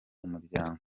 umuryango